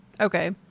Okay